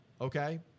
Okay